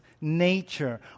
nature